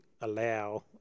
allow